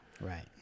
Right